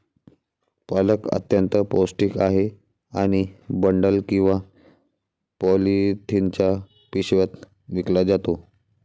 पालक अत्यंत पौष्टिक आहे आणि बंडल किंवा पॉलिथिनच्या पिशव्यात विकला जातो